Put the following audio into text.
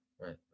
right